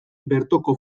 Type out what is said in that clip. bertoko